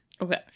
Okay